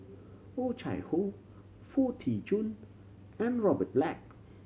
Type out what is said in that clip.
Oh Chai Hoo Foo Tee Jun and Robert Black